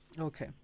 Okay